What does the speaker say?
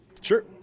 Sure